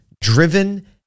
driven